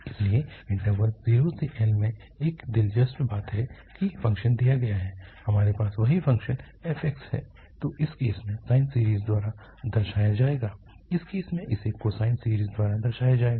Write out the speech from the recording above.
लेकिन इन्टरवल 0 से L में क्या दिलचस्प है कि फ़ंक्शन दिया गया है हमारे पास वही फ़ंक्शन f है जो इस केस में साइन सीरीज़ द्वारा दर्शाया जाएगा इस केस में इसे कोसाइन सीरीज़ द्वारा दर्शाया जाएगा